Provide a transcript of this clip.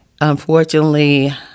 unfortunately